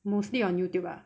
mostly on Youtube lah